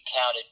counted